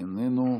איננו.